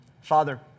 Father